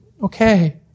okay